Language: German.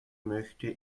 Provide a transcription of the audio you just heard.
möchte